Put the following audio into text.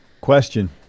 Question